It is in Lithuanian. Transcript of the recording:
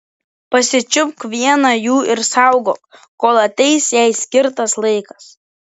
pasičiupk vieną jų ir saugok kol ateis jai skirtas laikas